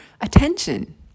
attention